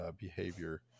behavior